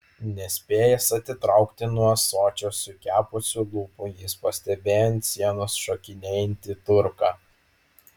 nespėjęs atitraukti nuo ąsočio sukepusių lūpų jis pastebėjo ant sienos šokinėjantį turką